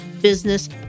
business